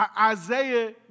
Isaiah